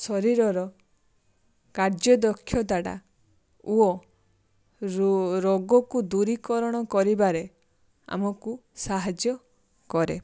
ଶରୀରର କାର୍ଯ୍ୟଦକ୍ଷତାଟା ଓ ରୋଗକୁ ଦୂରୀକରଣ କରିବାରେ ଆମକୁ ସାହାଯ୍ୟ କରେ